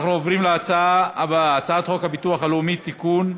אנחנו עוברים להצעה הבאה: הצעת חוק הביטוח הלאומי (תיקון,